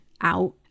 out